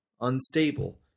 unstable